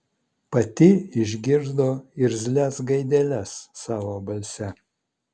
pati išgirdo irzlias gaideles savo balse